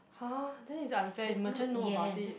!huh! this is unfair if merchant know about it